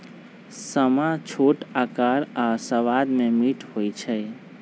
समा छोट अकार आऽ सबाद में मीठ होइ छइ